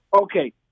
Okay